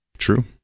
True